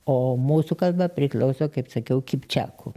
o mūsų kalba priklauso kaip sakiau kipčiakų